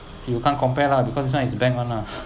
you can't compare lah because this [one] is bank [one] lah